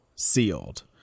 sealed